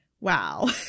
Wow